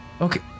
Okay